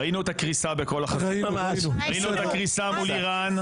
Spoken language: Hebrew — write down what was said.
ראינו את הקריסה בכל החזיתות ------- ראינו את הקריסה מול איראן,